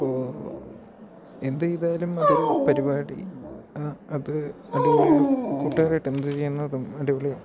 അപ്പോൾ എന്ത് ചെയ്താലും അതൊരു പരിപാടി അത് അടിപൊളി ആവും കൂട്ടുകാര് ആയിട്ട് എന്ത് ചെയ്യുന്നോ അതും അടിപൊളി ആവും